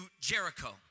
Jericho